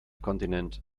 kontinent